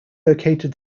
located